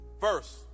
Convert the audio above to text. First